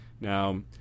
now